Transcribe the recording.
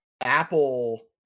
Apple